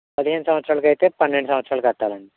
పదిహేను సంవత్సరాలకైతే పన్నెండు సంవత్సరాలు కట్టాలండి